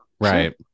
right